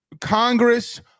Congress